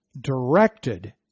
directed